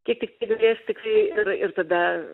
kiek tiktai galės tikrai ir ir tada